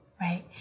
Right